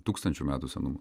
tūkstančių metų senumo